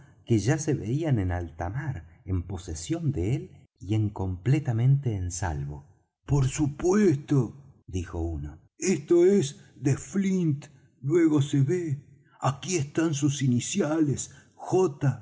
que ya se veían en alta mar en posesión de él y en completamente en salvo por supuesto dijo uno esto es de flint luego se ve aquí están sus iniciales j